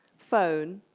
phone,